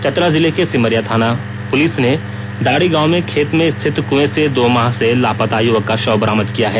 चतरा जिले के सिमरिया थाना पुलिस ने दाड़ी गांव में खेत में स्थित कुएं से दो माह से लापतायुवक का शव बरामद किया है